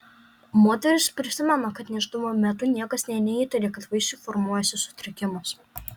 moteris prisimena kad nėštumo metu niekas nė neįtarė kad vaisiui formuojasi sutrikimas